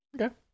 okay